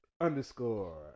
underscore